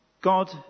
God